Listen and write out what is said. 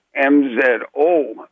MZO